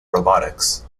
robotics